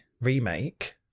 Remake